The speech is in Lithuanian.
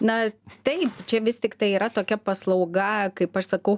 na taip čia vis tiktai yra tokia paslauga kaip aš sakau